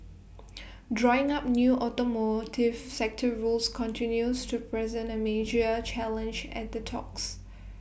drawing up new automotive sector rules continues to present A major challenge at the talks